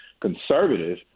conservative